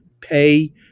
Pay